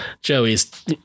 Joey's